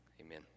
Amen